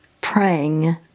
praying